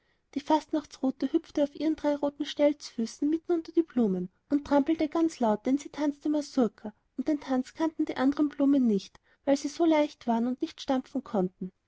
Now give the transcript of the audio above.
die fastnachtsrute hüpfte auf ihren drei roten stelzfüßen mitten unter die blumen und trampelte ganz laut denn sie tanzte mazurka und den tanz kannten die andern blumen nicht weil sie so leicht waren und nicht so stampfen konnten